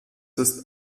ist